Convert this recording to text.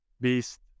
Beast